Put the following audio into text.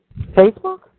Facebook